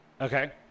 Okay